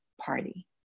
Party